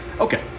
Okay